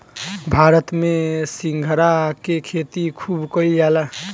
भारत में सिंघाड़ा के खेती खूब कईल जाला